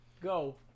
go